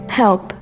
help